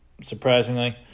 surprisingly